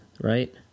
right